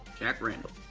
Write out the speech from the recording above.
jack randall,